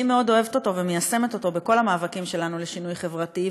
אני מאוד אוהבת אותו ומיישמת אותו בכל המאבקים שלנו לשינוי חברתי,